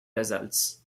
results